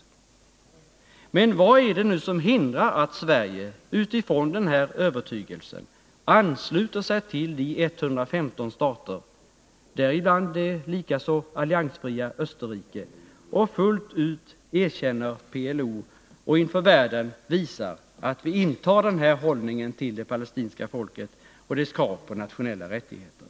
— Nr 34 Men vad är det nu som hindrar att Sverige utifrån den här övertygelsen ansluter sig till de 115 stater, däribland det likaså alliansfria Österrike, som fullt ut erkänner PLO, och inför världen visar att vi intar den här hållningen till det palestinska folket och dess krav på nationella rättigheter?